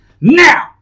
Now